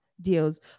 deals